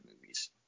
movies